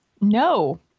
No